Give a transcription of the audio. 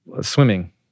swimming